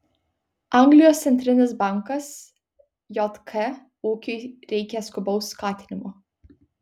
anglijos centrinis bankas jk ūkiui reikia skubaus skatinimo